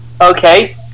Okay